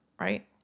right